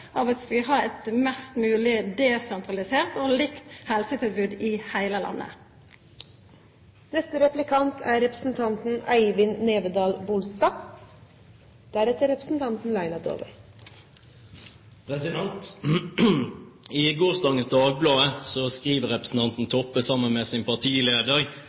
av at vi skal ha eit mest mogleg desentralisert og likt helsetilbod i heile landet. I gårsdagens Dagbladet tar representanten Toppe sammen med sin partileder